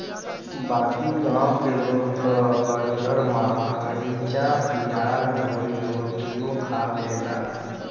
बाकी गांव के लोग त हरिहर मारीचा, पियाज अउरी रोटियो खा लेला